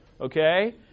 Okay